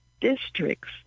districts